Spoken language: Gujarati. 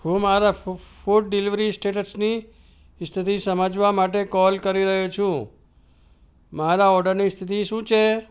હું મારા ફૂફૂ ફુડ ડિલિવરી સ્ટેટસની સ્થિતી સમજવા માટે કૉલ કરી રહ્યો છું મારા ઑર્ડરની સ્થિતી શું છે